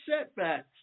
setbacks